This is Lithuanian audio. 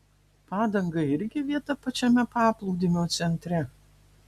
padangai irgi vieta pačiame paplūdimio centre